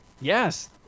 Yes